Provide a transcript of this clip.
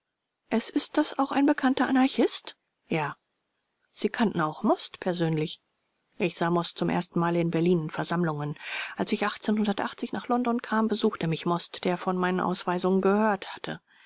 es ist das auch ein bekannter anarchist r ja vors sie kannten auch most persönlich r ich sah most zum ersten male in berlin in versammlungen als ich nach london kam besuchte mich most der von meinen ausweisungen gehört hört hatte